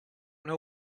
know